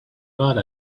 laugh